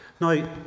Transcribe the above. Now